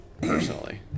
personally